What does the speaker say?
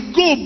go